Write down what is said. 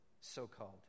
so-called